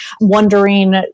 wondering